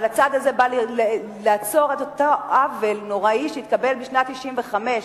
אבל הצעד הזה בא לעצור את אותו עוול נורא שהתקבל בשנת 1995,